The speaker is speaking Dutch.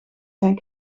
zijn